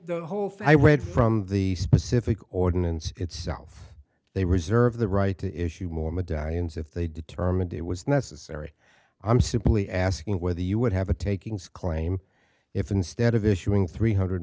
the whole thing i read from the specific ordinance itself they reserve the right to issue more medallions if they determined it was necessary i'm simply asking whether you would have a takings claim if instead of issuing three hundred